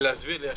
היו